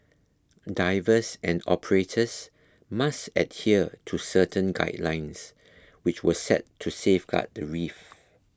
divers and operators must adhere to certain guidelines which were set to safeguard the reef